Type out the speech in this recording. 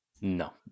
No